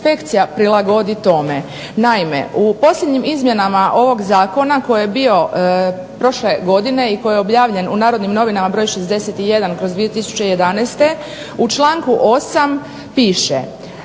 inspekcija prilagodi tome. Naime, u posljednjim izmjenama ovog zakona koji je bio prošle godine i koji je objavljen u "Narodnim novinama" br. 61/11. u članku 8. piše: